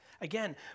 Again